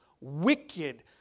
wicked